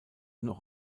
noch